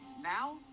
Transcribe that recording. Now